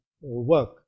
work